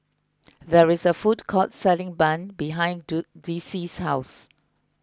there is a food court selling Bun behind do Dicie's house